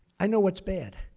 i know what's bad.